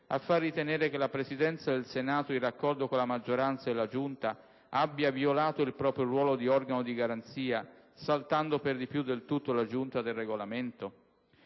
a far ritenere che la Presidenza del Senato, in raccordo con la maggioranza della Giunta, abbia violato il proprio ruolo di organo di garanzia, per di più saltando del tutto la Giunta per il Regolamento?